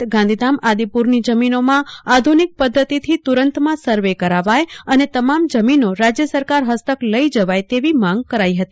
આ ઉપરાંત ગાંધીધામ આદિપુરની જમીનોમાં આધુનિક પદ્ધતિથી તુરંતમાં સર્વે કરાવાય અને તમામ જમીનો રાજ્ય સરકાર ફસ્તક જ લઇ લેવાય તે તેવી માંગ કરાઈ હતી